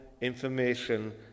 information